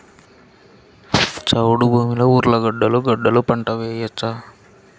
చౌడు భూమిలో ఉర్లగడ్డలు గడ్డలు పంట వేయచ్చా?